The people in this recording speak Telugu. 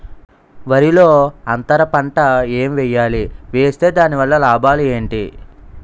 వరిలో అంతర పంట ఎం వేయాలి? వేస్తే దాని వల్ల లాభాలు ఏంటి?